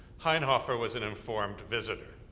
hainhofer was an informed visitor.